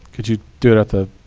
could you do it at the